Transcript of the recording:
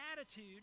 attitude